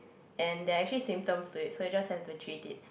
and there're actually symptoms to it so you just have to treat it